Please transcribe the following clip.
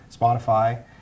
Spotify